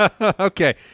Okay